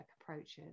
approaches